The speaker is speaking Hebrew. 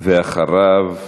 אחריו,